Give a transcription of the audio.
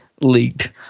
leaked